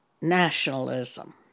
nationalism